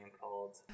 called